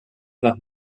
nach